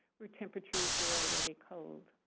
where temperatures were already cold.